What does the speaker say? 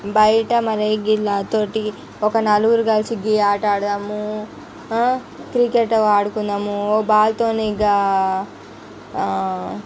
బయట మరి గిలాతోటి ఒక నలుగురు కలిసి గీ ఆట ఆడుదాము క్రికెట్టు ఆడుకుందాము ఓ బాల్తోని ఇగ